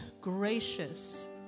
gracious